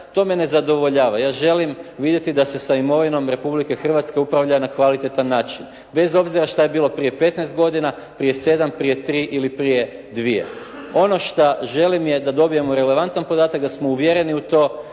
to me ne zadovoljava. Ja želim vidjeti da se sa imovinom Republike Hrvatske upravlja na kvalitetan način bez obzira šta je bilo prije 15 godina, prije 7, prije 3 ili prije 2. Ono šta želim je da dobijemo relevantan podatak, da smo uvjereni u to